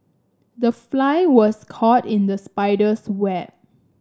the fly was caught in the spider's web